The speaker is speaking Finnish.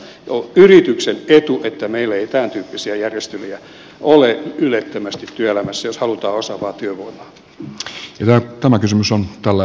on yrityksen etu että meillä ei tämäntyyppisiä järjestelyjä ole ylettömästi työelämässä jos halutaan osaavaa työvoimaa